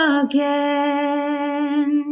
again